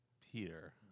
Peter